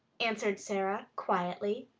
answered sara, quietly.